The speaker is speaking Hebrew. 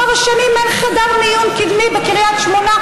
כמה שנים אין חדר מיון קדמי בקריית שמונה,